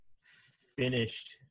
finished